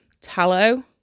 tallow